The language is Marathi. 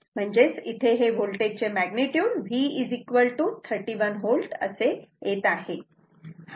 म्हणजेच इथे हे होल्टेज चे मॅग्निट्युड V 31 V असे येत आहे